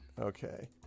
Okay